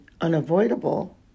unavoidable